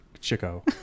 Chico